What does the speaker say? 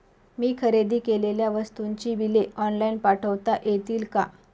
मी खरेदी केलेल्या वस्तूंची बिले ऑनलाइन पाठवता येतील का?